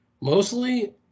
mostly